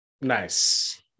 nice